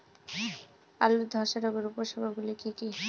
আলুর ধ্বসা রোগের উপসর্গগুলি কি কি?